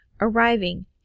arriving